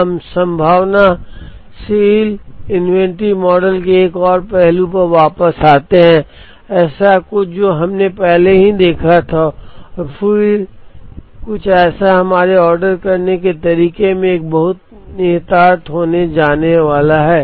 अब आइए हम संभावनाशील इन्वेंट्री मॉडल के एक और पहलू पर वापस आते हैं ऐसा कुछ जो हमने पहले ही देखा था और फिर कुछ ऐसा जो हमारे ऑर्डर करने के तरीके में एक बड़ा निहितार्थ होने वाला है